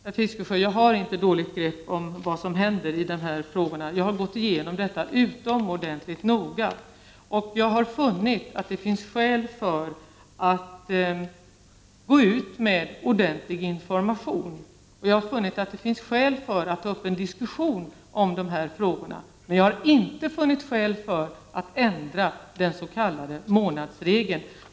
Herr Fiskesjö, jag har inte dåligt grepp om vad som händer i de här frågorna. Jag har gått igenom detta utomordentligt noga. Jag har funnit att det finns skäl för att gå ut med ordentlig information. Och jag har funnit att det finns skäl för att ta upp en diskussion av dessa frågor. Men jag har inte funnit skäl för att ändra den s.k. månadsregeln.